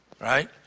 right